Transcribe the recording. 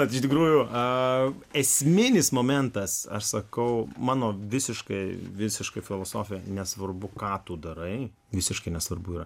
iš tikrųjų esminis momentas aš sakau mano visiškai visiškai filosofija nesvarbu ką tu darai visiškai nesvarbu ir